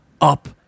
up